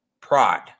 pride